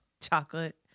Chocolate